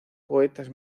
poetas